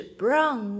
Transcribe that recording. brown